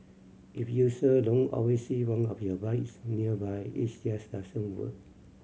if user don't always see one of your bikes nearby it's just doesn't work